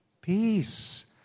Peace